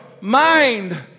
mind